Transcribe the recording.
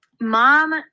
mom